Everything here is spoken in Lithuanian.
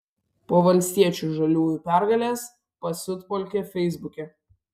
po valstiečių žaliųjų pergalės pasiutpolkė feisbuke